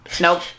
Nope